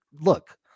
look